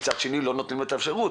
מצד שני לא נותנים לו את האפשרות.